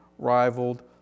Rivaled